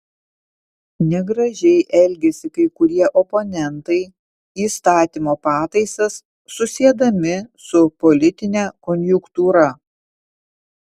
negražiai elgiasi kai kurie oponentai įstatymo pataisas susiedami su politine konjunktūra